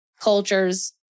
cultures